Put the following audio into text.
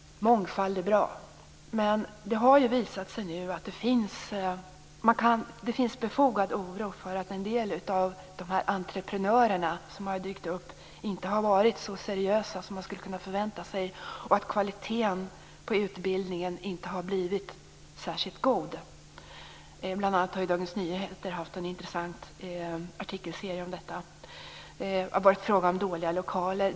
Mångfald är bra. Men det har nu visat sig att det finns befogad oro för att en del av de entreprenörer som har dykt upp inte är så seriösa som man skulle kunna förvänta sig och att kvaliteten på utbildningen inte har blivit särskilt god. Dagens Nyheter har bl.a. haft en intressant artikelserie om detta. Det har varit dåliga lokaler.